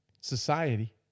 society